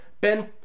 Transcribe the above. Ben